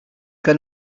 que